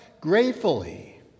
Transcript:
gratefully